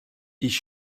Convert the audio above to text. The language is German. ich